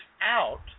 out